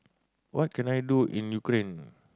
what can I do in Ukraine